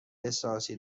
احساسی